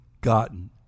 gotten